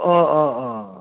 অঁ অঁ অঁ